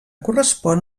correspon